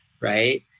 right